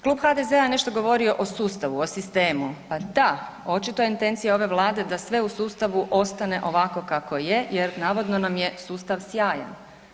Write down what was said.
Klub HDZ-a nešto je govorio o sustavu, o sistemu, pa da, očito je intencija ove Vlade da sve u sustavu ostane ovako kako je jer navodno nam je sustav sjajan.